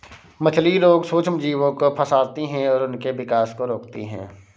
मछली रोग सूक्ष्मजीवों को फंसाती है और उनके विकास को रोकती है